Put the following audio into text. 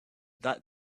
that